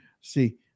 See